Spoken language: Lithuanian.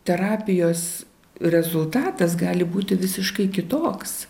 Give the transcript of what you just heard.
terapijos rezultatas gali būti visiškai kitoks